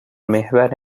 محور